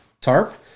tarp